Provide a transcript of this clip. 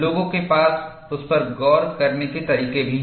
लोगों के पास उस पर गौर करने के तरीके भी हैं